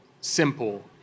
simple